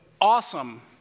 awesome